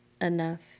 enough